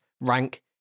rank